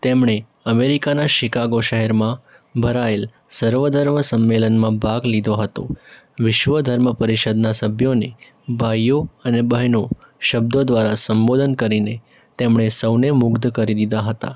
તેમણે અમેરિકાનાં શિકાગો શહેરમાં ભરાયેલ સર્વ ધર્મ સંમેલનમાં ભાગ લીધો હતો વિશ્વ ધર્મ પરિષદના સભ્યોને ભાઈઓ અને બહેનો શબ્દો દ્વારા સંબોધન કરીને તેમણે સૌને મુગ્ધ કરી દીધા હતા